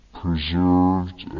preserved